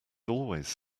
always